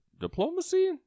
diplomacy